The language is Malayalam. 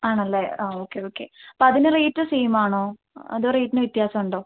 ആണല്ലേ ആ ഓക്കെ ഓക്കെ അപ്പം അതിന് റേറ്റ് സെയിം ആണൊ അതോ റേറ്റിന് വ്യത്യാസമുണ്ടൊ